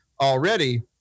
already